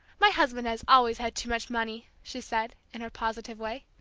my husband has always had too much money, she said, in her positive way.